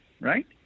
right